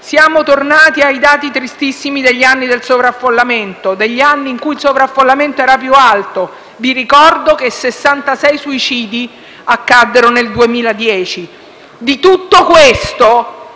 Siamo tornati ai dati tristissimi degli anni del sovraffollamento, quando questo era più alto: vi ricordo che 66 suicidi accaddero nel 2010. Di tutto questo,